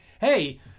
hey